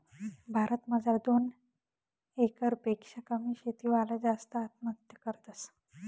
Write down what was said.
भारत मजार दोन एकर पेक्शा कमी शेती वाला जास्त आत्महत्या करतस